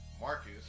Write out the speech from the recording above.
Marcus